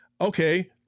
Okay